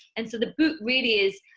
and so the book really is,